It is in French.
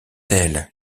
telle